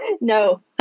No